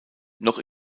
noch